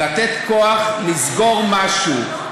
לתת כוח לסגור משהו.